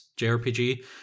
JRPG